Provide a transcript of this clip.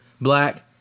black